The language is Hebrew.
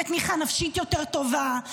בתמיכה נפשית יותר טובה,